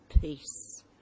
peace